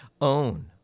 own